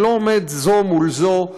הן לא עומדות זו מול זו,